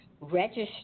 register